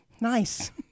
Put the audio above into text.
Nice